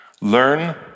learn